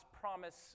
promise